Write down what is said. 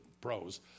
pros